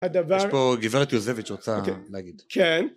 יש פה גברת יוזביץ' רוצה להגיד. כן.